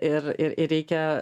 ir ir ir reikia